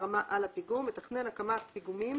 הפיגום, מתכנן הקמת פיגומים